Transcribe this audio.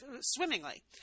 swimmingly